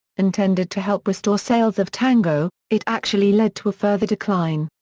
intended to help restore sales of tango, it actually led to a further decline.